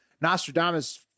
Nostradamus